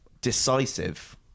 decisive